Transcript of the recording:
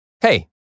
Hey